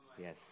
Yes